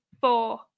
four